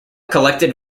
collected